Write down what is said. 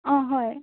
অঁ হয়